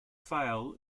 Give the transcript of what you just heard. fail